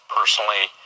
personally